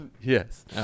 yes